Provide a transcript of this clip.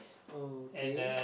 okay